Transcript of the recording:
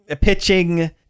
pitching